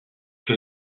que